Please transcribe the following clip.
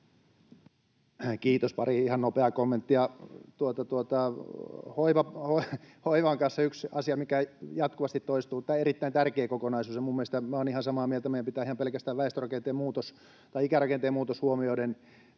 Kiitos! Pari ihan nopeaa kommenttia: Hoiva on kanssa yksi asia, mikä jatkuvasti toistuu. Tämä on erittäin tärkeä kokonaisuus, ja minä olen ihan samaa mieltä, että meidän pitää ihan pelkästään ikärakenteen muutos huomioiden